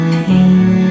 pain